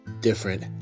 different